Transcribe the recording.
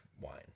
wine